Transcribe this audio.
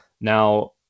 Now